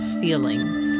feelings